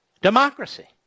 Democracy